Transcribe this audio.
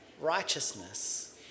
righteousness